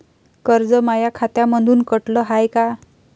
कर्ज माया खात्यामंधून कटलं हाय का?